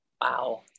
Wow